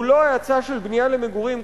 הוא לא האצה של בנייה למגורים,